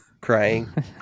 Crying